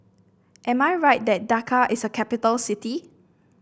am I right that Dhaka is a capital city